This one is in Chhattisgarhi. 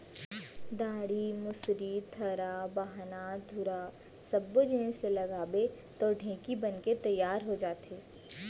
डांड़ी, मुसरी, थरा, बाहना, धुरा सब्बो जिनिस ल लगाबे तौ ढेंकी बनके तियार हो जाथे